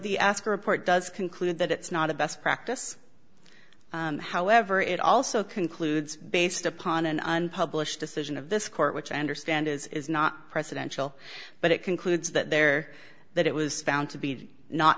the ask report does conclude that it's not a best practice however it also concludes based upon an unpublished decision of this court which i understand is not presidential but it concludes that there that it was found to be not